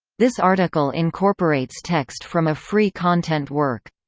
this article incorporates text from a free content work.